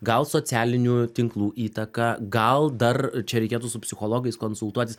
gal socialinių tinklų įtaka gal dar čia reikėtų su psichologais konsultuotis